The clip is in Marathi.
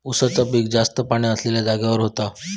उसाचा पिक जास्त पाणी असलेल्या जागेवर होता